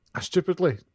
stupidly